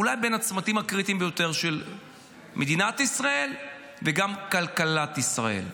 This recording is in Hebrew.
אולי בין הצמתים הקריטיים ביותר של מדינת ישראל וגם כלכלת ישראל.